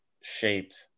shaped